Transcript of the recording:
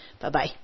Bye-bye